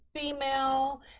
female